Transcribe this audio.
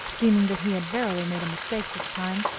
deeming that he had verily made a mistake this time,